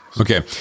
Okay